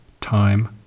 time